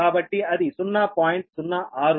కాబట్టి అది 0